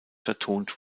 vertont